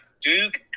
Duke